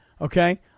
okay